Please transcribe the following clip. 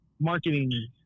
marketing